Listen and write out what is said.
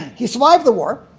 he survived the war.